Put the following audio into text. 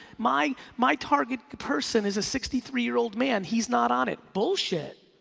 my my target person is a sixty three year old man. he's not on it, bullshit,